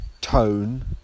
tone